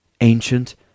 ancient